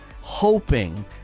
hoping